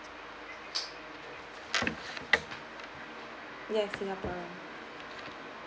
yes singaporean